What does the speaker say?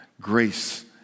grace